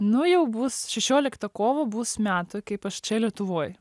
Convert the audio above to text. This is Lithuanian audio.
nu jau bus šešioliktą kovo bus metai kaip aš čia lietuvoj